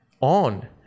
on